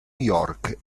york